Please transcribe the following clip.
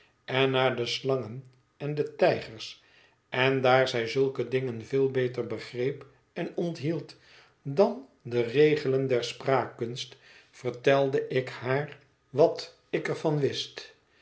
en naar de slangen en de tijgers en daar zij zulke dingen veel beter begreep en onthield dan de regelen der spraakkunst vertelde ik haar wat ik ér van wist